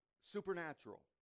supernatural